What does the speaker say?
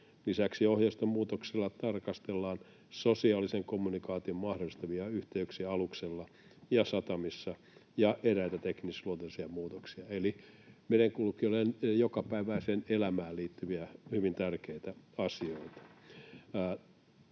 Lisäksi ohjeiston muutoksella tarkastellaan sosiaalisen kommunikaation mahdollistavia yhteyksiä aluksella ja satamissa ja eräitä teknisluonteisia muutoksia. — Eli merenkulkijoiden jokapäiväiseen elämään liittyviä hyvin tärkeitä asioita.